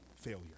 failure